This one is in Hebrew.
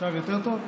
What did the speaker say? עכשיו יותר טוב?